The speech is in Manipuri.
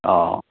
ꯑꯣ